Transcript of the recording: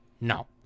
No